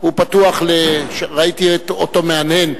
ראיתי אותו מהנהן.